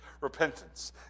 repentance